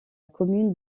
commune